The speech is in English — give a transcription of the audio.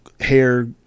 hair